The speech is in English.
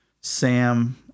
Sam